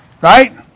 Right